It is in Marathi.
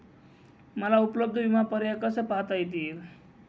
मला उपलब्ध विमा पर्याय कसे पाहता येतील?